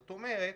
זאת אומרת,